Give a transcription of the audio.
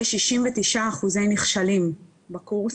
יש 69% נכשלים בקורס.